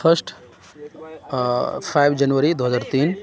first five جنوری دو ہزار تین